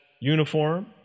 uniform